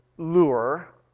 lure